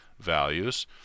values